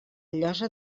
llosa